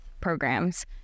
programs